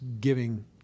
giving